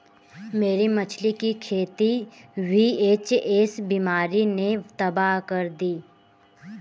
मेरी मछली की खेती वी.एच.एस बीमारी ने तबाह कर दी